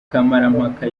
kamarampaka